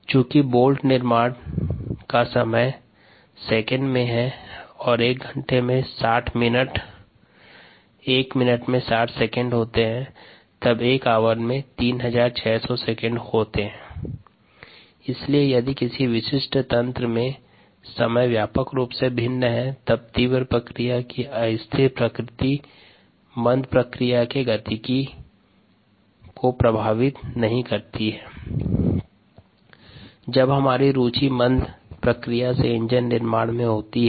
चूँकि बोल्ट के निर्माण का समय सेकंड में है और एक घंटें में 60 मिनट 1 मिनट में 60 सेकंड होते है तब एक ऑवर में 3600 सेकंड होते है इसलिए यदि किसी विशिष्ट तंत्र में समय व्यापक रूप से भिन्न हैं तब तीव्र प्रक्रिया की अस्थिर प्रकृति मंद प्रक्रिया के गतिकी की प्रभावित नहीं करती है जब हमारी रुचि मंद प्रक्रिया से इंजन निर्माण में होती है